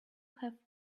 have